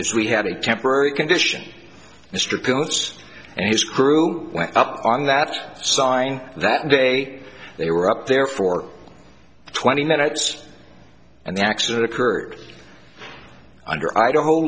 is we had a temporary condition mr posts and his crew went up on that sign that day they were up there for twenty minutes and the accident occurred under i